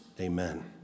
Amen